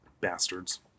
Bastards